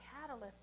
catalyst